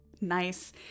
Nice